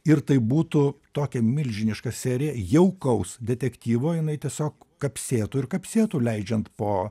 ir tai būtų tokia milžiniška serija jaukaus detektyvo jinai tiesiog kapsėtų ir kapsėtų leidžiant po